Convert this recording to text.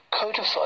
codified